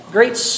Great